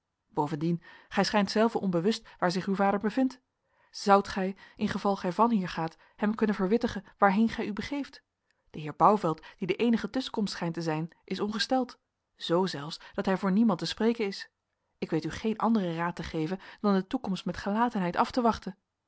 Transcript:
bovendien gij schijnt zelve onbewust waar zich uw vader bevindt zoudt gij ingeval gij van hier gaat hem kunnen verwittigen waarheen gij u begeeft de heer bouvelt die de eenige tusschenkomst schijnt te zijn is ongesteld z zelfs dat hij voor niemand te spreken is ik weet u geen anderen raad te geven dan de toekomst met gelatenheid af te wachten